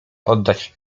oddać